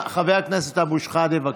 חבר הכנסת אבו שחאדה, בבקשה.